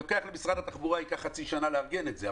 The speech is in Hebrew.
לוקח למשרד התחבורה חצי שנה לארגן את זה,